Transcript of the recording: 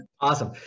Awesome